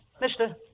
Mister